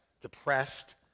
depressed